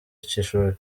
cy’ishuri